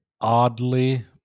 oddly